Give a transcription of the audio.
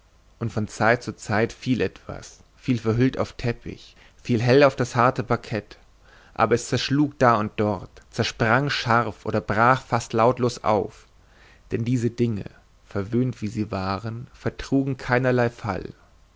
und von zeit zu zeit fiel etwas fiel verhüllt auf teppich fiel hell auf das harte parkett aber es zerschlug da und dort zersprang scharf oder brach fast lautlos auf denn diese dinge verwöhnt wie sie waren vertrugen keinerlei fall